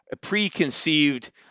preconceived